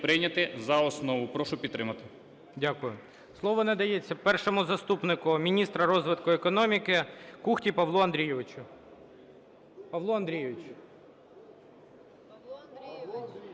прийняти за основу. Прошу підтримати. ГОЛОВУЮЧИЙ. Дякую. Слово надається першому заступнику міністра розвитку економіки Кухті Павлу Андрійовичу.